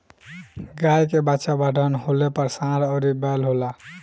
गाय के बच्चा बड़हन होले पर सांड अउरी बैल होला